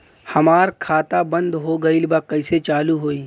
हमार खाता बंद हो गईल बा कैसे चालू होई?